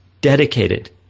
dedicated